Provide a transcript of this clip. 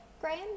Graham